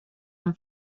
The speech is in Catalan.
han